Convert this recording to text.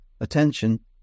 attention